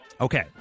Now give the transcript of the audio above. Okay